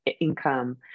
income